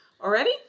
already